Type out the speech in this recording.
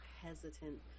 hesitant